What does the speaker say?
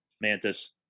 Mantis